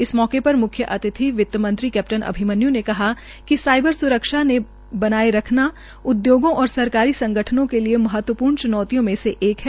इस मौके पर म्ख्य अतिथि वितमंत्री कैप्टन अभिमन्यू ने कहा कि साइबर स्रक्षा के बनाये रखना उद्यागों और सरकारी संगठनों के लिये महत्वपूर्ण च्नौतियों में से एक है